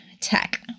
tech